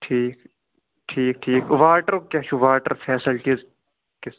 ٹھیٖک ٹھیٖک ٹھیٖک واٹرُک کیٛاہ چھُ واٹَر فٮ۪سلٹیٖز کِژھ